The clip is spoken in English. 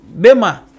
bema